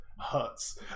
hurts